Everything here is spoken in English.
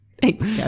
Thanks